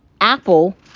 Apple